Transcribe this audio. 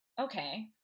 Okay